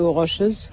rushes